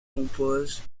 compose